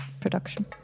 production